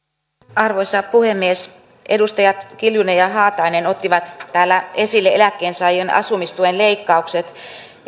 arvoisa puhemies edustajat kiljunen ja haatainen ottivat täällä esille eläkkeensaajien asumistuen leikkaukset